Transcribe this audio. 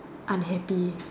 unhappy